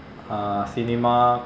uh cinema